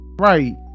Right